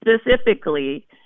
specifically